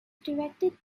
directed